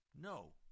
No